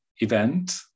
event